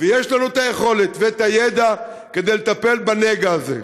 יש לנו היכולת והידע כדי לטפל בנגע הזה.